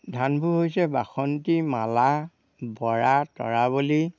ধানবোৰ হৈছে বাসন্তি মালা বৰা তৰাবলী